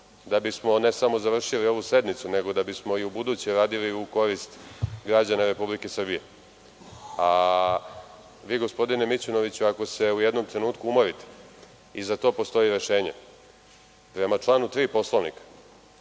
da bismo ne samo završili ovu sednicu, nego da bismo i ubuduće radili u korist građana Republike Srbije. Vi, gospodine Mićunoviću, ako se u jednom trenutku umorite, i za to postoji rešenje. Prema članu 3. Poslovnika,